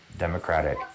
democratic